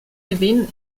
gewinn